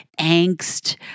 angst